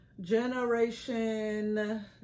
generation